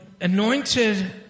anointed